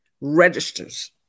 registers